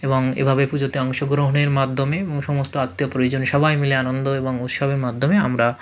এবং এভাবে পুজোতে অংশগ্রহণের মাধ্যমে এবং সমস্ত আত্মীয় পরিজন সবাই মিলে আনন্দ এবং উৎসবের মাধ্যমে আমরা